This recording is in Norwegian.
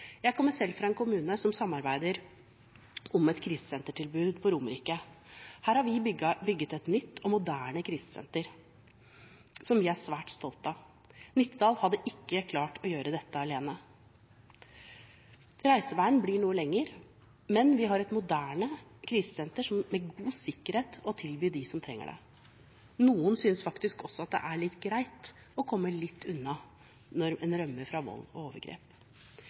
Jeg kommer selv fra en kommune som samarbeider om et krisesentertilbud på Romerike. Her har vi bygget et nytt og moderne krisesenter, som vi er svært stolte av. Nittedal hadde ikke klart å gjøre dette alene. Reiseveien blir noe lengre, men vi har et moderne krisesenter med god sikkerhet å tilby dem som trenger det. Noen synes faktisk også at det er greit å komme litt unna når de rømmer fra vold og overgrep.